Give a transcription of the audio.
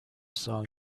song